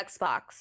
Xbox